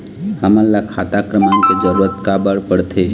हमन ला खाता क्रमांक के जरूरत का बर पड़थे?